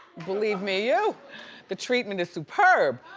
believe me, you the treatment is superb.